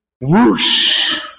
whoosh